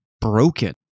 broken